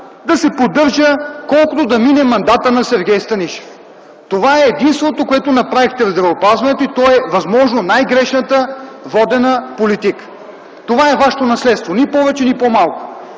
да се поддържа, колкото да мине мандатът на Сергей Станишев. Това е единственото, което направихте в здравеопазването и то е възможно най-грешно водената политика. Това е вашето наследство – ни повече, ни по-малко.